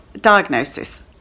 diagnosis